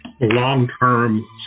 Long-term